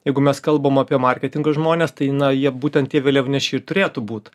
jeigu mes kalbam apie marketingo žmones tai na jie būtent tie vėliavnešiai ir turėtų būt